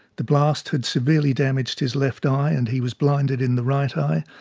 the blast had severely damaged his left eye and he was blinded in the right eye.